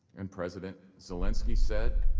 and president zelensky said,